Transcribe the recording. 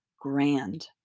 grand